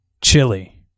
chili